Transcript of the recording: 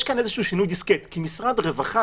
יש כאן איזשהו שינוי דיסקט כי משרד הרווחה,